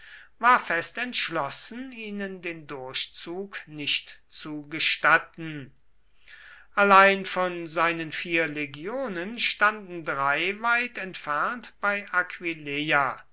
war fest entschlossen ihnen den durchzug nicht zu gestatten allein von seinen vier legionen standen drei weit entfernt bei aquileia